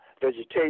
vegetation